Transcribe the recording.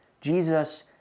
Jesus